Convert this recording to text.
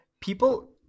people